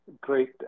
great